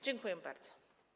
Dziękuję bardzo.